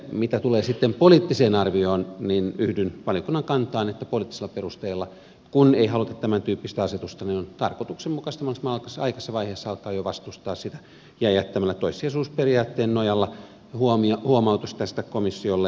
mitä tulee poliittiseen arvioon niin yhdyn valiokunnan kantaan että poliittisilla perusteilla kun ei haluta tämäntyyppistä asetusta on tarkoituksenmukaista mahdollisimman aikaisessa vaiheessa alkaa jo vastustaa sitä jättämällä toissijaisuusperiaatteen nojalla huomautus tästä komissiolle